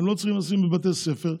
הם לא צריכים לשים בבתי ספר.